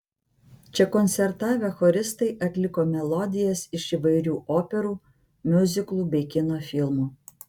čia koncertavę choristai atliko melodijas iš įvairių operų miuziklų bei kino filmų